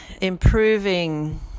improving